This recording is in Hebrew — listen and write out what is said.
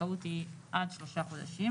הזכאות היא עד שלושה חודשים.